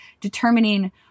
determining